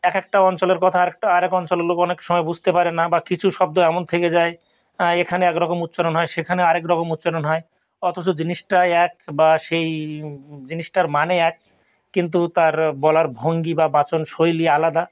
এক একটা অঞ্চলের কথা আরেকটা আরেক অঞ্চলের লোক অনেক সময় বুঝতে পারে না বা কিছু শব্দ এমন থেকে যায় এখানে এক রকম উচ্চারণ হয় সেখানে আরেক রকম উচ্চারণ হয় অথচ জিনিসটা এক বা সেই জিনিসটার মানে এক কিন্তু তার বলার ভঙ্গি বা বাচন শৈলী আলাদা